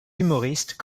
humoristes